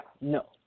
no